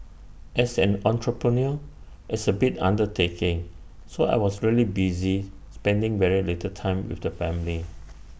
as an entrepreneur it's A big undertaking so I was really busy spending very little time with the family